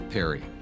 Perry